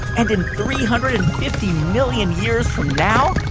and in three hundred and fifty million years from now,